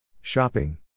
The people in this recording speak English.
Shopping